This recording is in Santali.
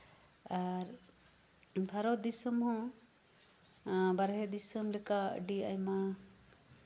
ᱟᱨ ᱵᱷᱟᱨᱚᱛ ᱫᱤᱥᱚᱢ ᱦᱚᱸ ᱵᱟᱨᱦᱚ ᱫᱤᱥᱚᱢ ᱞᱮᱠᱟ ᱟᱰᱤ ᱟᱭᱢᱟ